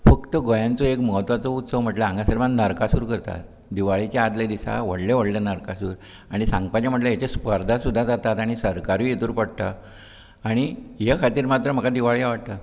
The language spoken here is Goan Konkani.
फक्त गोंयांचो एक महत्वाचो उत्सव म्हणल्यार हांगासर नरकासुर करतात दिवाळेच्या आदले दिसा व्हडले व्हडले नरकासुर आनी सांगपाचें म्हळयार हाचे स्पर्धा सुद्दां जातात आनी सरकारूय हेतूंत पडटा आनी ह्या खातीर मात्र म्हाका दिवाळी आवडटा